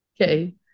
Okay